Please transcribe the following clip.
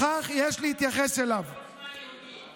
כך יש להתייחס אליו, עוצמה יהודית.